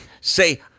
Say